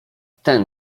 ten